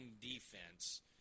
defense